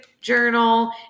journal